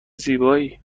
زیبایی